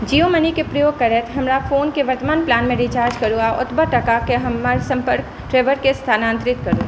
जियो मनी के प्रयोग करैत हमरा फोन के वर्त्तमान प्लान मे रिचार्ज करू आ ओतबे टाका के हमर सम्पर्क ड्रेभर के स्थानान्तरित करू